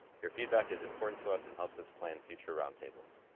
your feedback is important to us and helps us plan future roundtables.